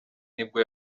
nibwo